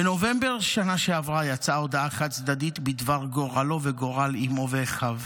בנובמבר שנה שעברה יצאה הודעה חד-צדדית בדבר גורלו וגורל אימו ואחיו.